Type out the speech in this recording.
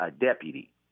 deputy